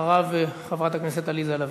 אחריו, חברת הכנסת עליזה לביא.